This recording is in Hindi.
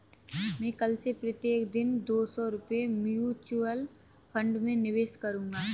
मैं कल से प्रत्येक दिन दो सौ रुपए म्यूचुअल फ़ंड में निवेश करूंगा